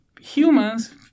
Humans